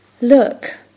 Look